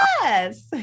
Yes